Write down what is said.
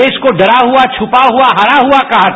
देश को डरा हुआ छुपा हुआ हारा हुआ कहा था